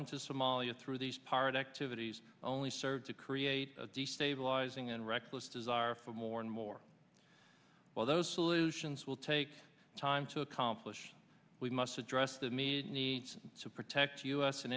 into somalia through these pirate activities only serve to create a destabilizing and reckless desire for more and more while those solutions will take time to accomplish we must address the media needs to protect us an